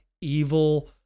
evil